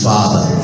Father